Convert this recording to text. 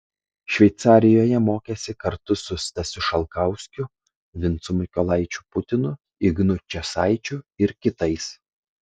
šveicarijoje mokėsi kartu su stasiu šalkauskiu vincu mykolaičiu putinu ignu česaičiu ir kitais